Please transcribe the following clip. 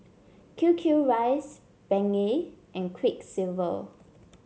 QQ rice Bengay and Quiksilver